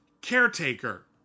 Caretaker